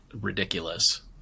ridiculous